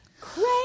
Crazy